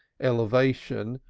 elevation,